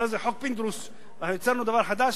אני קורא לזה חוק פינדרוס ויצרנו דבר חדש,